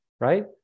right